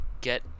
get